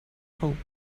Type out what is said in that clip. hope